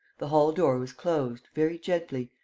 the hall-door was closed, very gently,